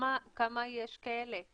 כמה יש כאלה?